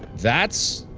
that's.